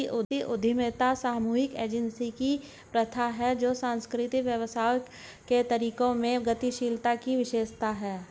सांस्कृतिक उद्यमिता सामूहिक एजेंसी की प्रथा है जो सांस्कृतिक व्यवसायों के तरीकों में गतिशीलता की विशेषता है